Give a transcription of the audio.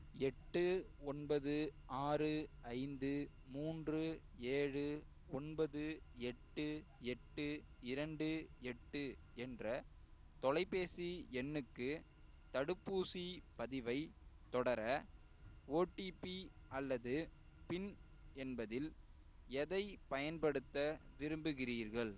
எட்டு ஒன்பது ஆறு ஐந்து மூன்று ஏழு ஒன்பது எட்டு எட்டு இரண்டு எட்டு என்ற தொலைபேசி எண்ணுக்கு தடுப்பூசிப் பதிவைத் தொடர ஓடிபி அல்லது பின் என்பதில் எதைப் பயன்படுத்த விரும்புகிறீர்கள்